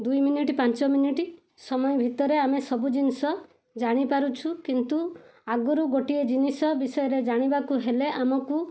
ଦୁଇ ମିନିଟ୍ ପାଞ୍ଚ ମିନିଟ୍ ସମୟ ଭିତରେ ଆମେ ସବୁଜିନିଷ ଜାଣିପାରୁଛୁ କିନ୍ତୁ ଆଗରୁ ଗୋଟିଏ ଜିନିଷ ଜାଣିବାକୁ ହେଲେ ଆମକୁ